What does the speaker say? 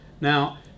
Now